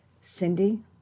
Cindy